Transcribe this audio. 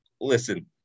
listen